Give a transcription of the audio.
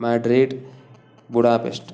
Madrid Budapest